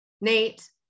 Nate